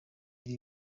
iri